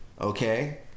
okay